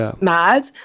mad